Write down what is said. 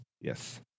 Yes